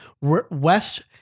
West